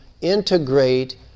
integrate